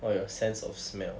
or your sense of smell